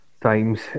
times